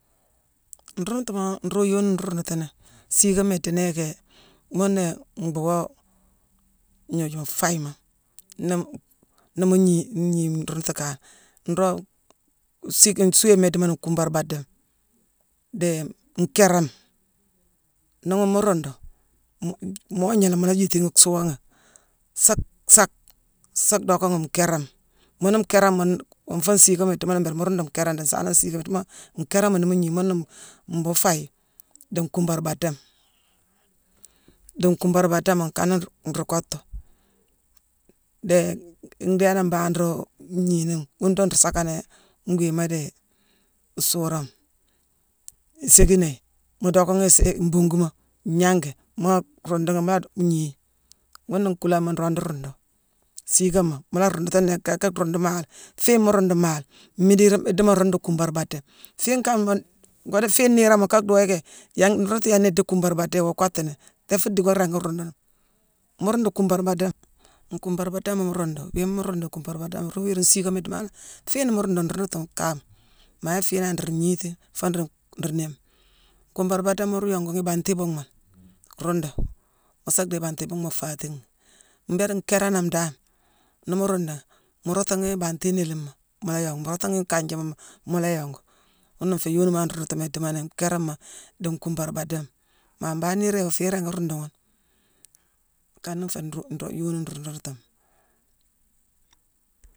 Nruudutuma nroog yooni nruu ruundutuni siikooma idiini yicki ghuna mbuuwo gnojuma fayima. Nii mu-nii mu gnii- gnii nruundu kangh, nroog siikime suuéma idiimo ni kumbar baada, dii nkééréme. Nii ghune mu ruundu-mu- mu moogna mu la yiitti ghi suuwa ghi, saack- saack- sa dhocka ghi nkéérame. Muune nkéérame mune wongfone siigoma idiimo ni mbuuru mu ruundu nkéérame dii nsaanone siigoma idiimo nkéérama nii mu gnii, muna mbuu fayi dii nkumbardaame. Dii nkumbardaadame nkana nruu-nruu kottu. Dii ndhéénangh mbangh nruug gniini ni. Ghune dong nruu saackane nii ngwiima dii suurama. Iséékinéye mu docka ghi-séé-mbuuguma, gnanghgi mu ruundu mu la-dock mu la gnii. Ghuna nkuulama nroog nruundu. Siigooma mu la ruundutu nnéé-kaye ka ruundu maale. Fiine mu ruundu maale, mmiide idiimo ruundu kumbarbaama. Fiine kane ghune-ngoo dii fiine niirama kaa dii woo yicki yangh nruundu yééne idii kuumbarbaada, iwoo kottu ni. Téé fuu dick woo ringi ruundu ghi. Mu ruundu kumbarbaada- nkumbarbaada mu ruundu, wiima mu ruunduni kumbarbaada, ruu wiirune siigooma idiimo fiine mu ruundu nruudutu kaama. Maa yick fiinangh nruu gniiti foo nruu niimme. Kumbarbaadama mur yo. gu ghi ibanti buunghma lé, ruundu, mu sa dhéye ibanti ibuunghma faatine ghi. Mbéélé nkééréname dan nii mu ruundu ghi, mu roogta ghi ibanti inééliima, mu la yongu. Mu roogta ghi ikanjiima, mu la yongu. Ghuna nféé yoonimane nruundutuma idiimo nkéérama dii nkuumbarbaadama. Maa mbangh niirone iwoo féérane kaa ruundu ghune. Nkana nféé nroog yooni nruu nruundutuma